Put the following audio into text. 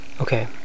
Okay